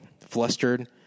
flustered